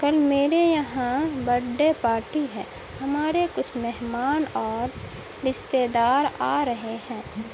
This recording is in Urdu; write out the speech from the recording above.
کل میرے یہاں بڈے پاٹی ہے ہمارے کچھ مہمان اور رشتے دار آ رہے ہیں